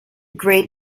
great